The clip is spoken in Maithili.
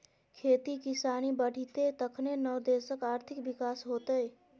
खेती किसानी बढ़ितै तखने न देशक आर्थिक विकास हेतेय